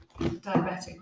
diabetic